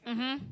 mmhmm